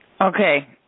Okay